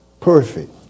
perfect